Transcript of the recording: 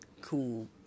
cool